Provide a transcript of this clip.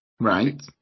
Right